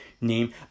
name